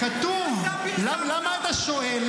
זה כתוב, למה אתה שואל?